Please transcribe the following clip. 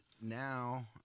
now